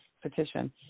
petition